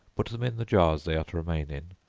put them in the jars they are to remain in,